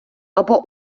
або